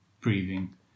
breathing